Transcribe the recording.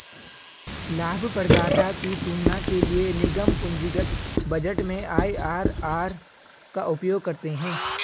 लाभप्रदाता की तुलना के लिए निगम पूंजीगत बजट में आई.आर.आर का उपयोग करते हैं